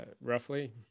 roughly